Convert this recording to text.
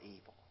evil